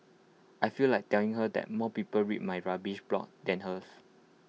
I feel like telling her that more people read my rubbish blog than hers